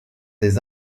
des